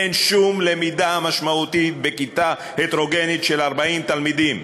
אין שום למידה משמעותית בכיתה הטרוגנית של 40 תלמידים.